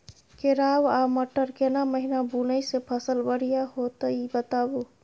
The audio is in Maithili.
केराव आ मटर केना महिना बुनय से फसल बढ़िया होत ई बताबू?